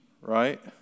right